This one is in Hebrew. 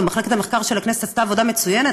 ומחלקת המחקר של הכנסת עשתה עבודה מצוינת,